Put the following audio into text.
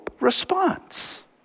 response